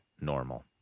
normal